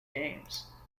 games